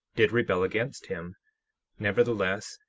did rebel against him nevertheless,